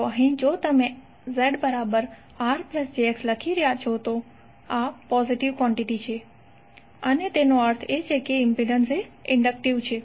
તો અહીં જો તમે ZRjX લખી રહ્યાં છો જો આ પોઝિટીવ કોન્ટીટી છે તો તેનો અર્થ એ છે કે ઇમ્પિડન્સ ઇન્ડક્ટિવ છે